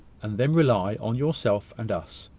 and then rely on yourself and us.